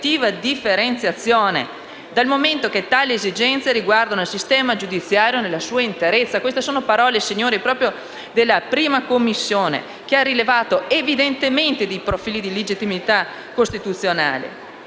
1a Commissione, che ha rilevato evidentemente dei profili di illegittimità costituzionale.